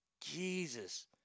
Jesus